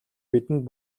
бидэнд